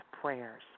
prayers